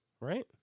right